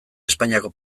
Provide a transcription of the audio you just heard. espainiako